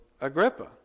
Agrippa